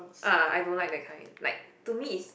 ah I don't like that kind like to me is